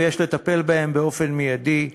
ויש לטפל בהם באופן מיידי,